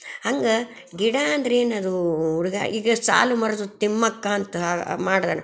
ಹಂಗೆ ಗಿಡ ಅಂದರೇನದು ಹುಡುಗ ಈಗ ಸಾಲುಮರದ ತಿಮ್ಮಕ್ಕ ಅಂತ ಮಾಡಿದಾನ